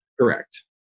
Correct